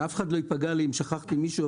שאף אחד לא ייפגע, אם שכחתי מישהו.